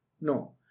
No